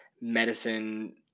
medicine